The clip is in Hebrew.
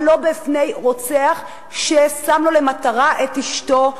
אבל לא בפני רוצח ששם לו למטרה את אשתו,